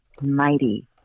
mighty